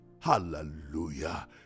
Hallelujah